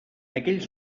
aquells